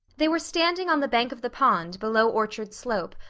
they were standing on the bank of the pond, below orchard slope,